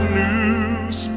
news